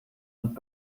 und